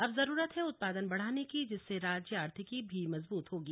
अब जरूरत है उत्पादन बढ़ाने की जिससे राज्य आर्थिकी भी मजबूत होगी